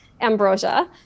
Ambrosia